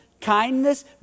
kindness